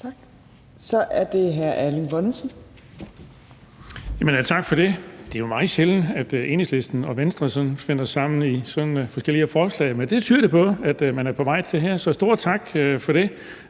Tak. Så er det hr.